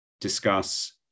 discuss